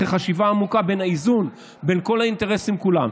אחרי חשיבה עמוקה על האיזון בין כל האינטרסים כולם.